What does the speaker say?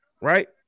right